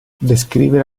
descrivere